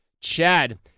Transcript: Chad